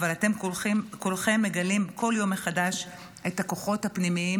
אבל כולכם מגלים כל יום מחדש את הכוחות הפנימיים